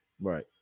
Right